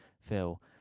Phil